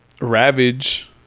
ravage